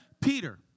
Peter